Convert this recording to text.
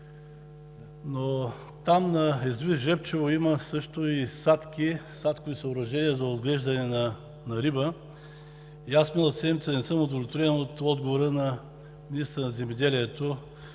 но на язовир „Жребчево“ има и садки, садкови съоръжения за отглеждане на риба. Миналата седмица не съм удовлетворен от отговора на министъра на земеделието,